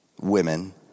women